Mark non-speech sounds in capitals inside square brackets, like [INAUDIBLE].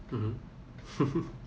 mmhmm [LAUGHS]